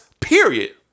period